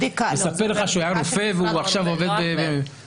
הוא מספר לך שהוא היה רופא ועכשיו הוא עובד ב --- לא,